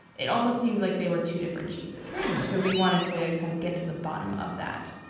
it almost seemed like they were two different cheeses so we wanted to kind of get to the bottom of that,